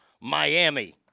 Miami